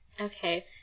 Okay